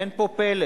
אין פה פלא.